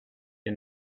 and